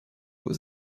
was